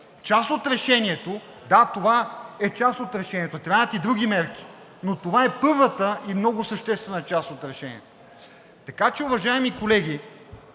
част от решението – да, това е част от решението, трябват и други мерки, но това е първата и много съществена част от решението! Така че, уважаеми колеги,